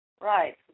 Right